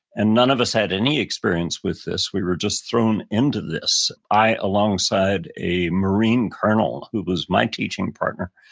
and none of us had any experience with this, we were just thrown into this. i, alongside a marine colonel, who was my teaching partner.